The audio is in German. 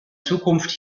zukunft